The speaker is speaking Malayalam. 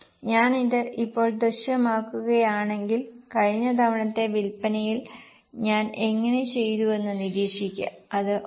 ഞാൻ ഇത് ഇപ്പോൾ ദൃശ്യമാക്കുകയാണെങ്കിൽ കഴിഞ്ഞ തവണത്തെ വിൽപ്പനയിൽ ഞാൻ എങ്ങനെ ചെയ്തുവെന്ന് നിരീക്ഷിക്കുക അത് 1